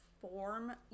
form